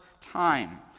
time